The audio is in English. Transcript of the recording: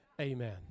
Amen